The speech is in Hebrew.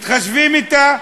מתחשבים בה.